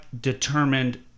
determined